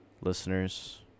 listeners